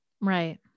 Right